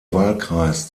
wahlkreis